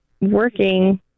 working